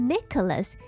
Nicholas